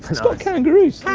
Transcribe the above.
it's got kangaroos!